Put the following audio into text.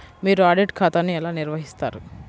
మీరు ఆడిట్ ఖాతాను ఎలా నిర్వహిస్తారు?